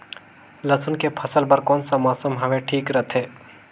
लसुन के फसल बार कोन सा मौसम हवे ठीक रथे?